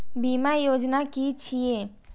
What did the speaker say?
बीमा योजना कि छिऐ?